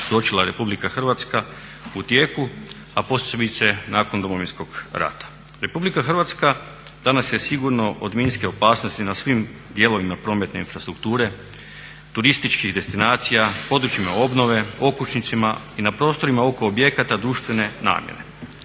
suočila Republika Hrvatska u tijeku, a posebice nakon Domovinskog rata. Republika Hrvatska danas je sigurna od minske opasnosti na svim dijelovima prometne infrastrukture, turističkih destinacija, područjima obnove, okućnicima i na prostorima oko objekata društvene namjene.